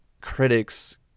critics